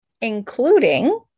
including